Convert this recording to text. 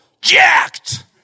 jacked